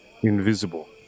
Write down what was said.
invisible